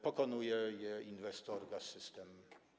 Pokonuje je inwestor - Gaz-System.